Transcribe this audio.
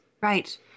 right